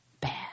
bad